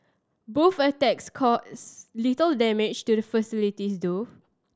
both attacks cause little damage to the facilities though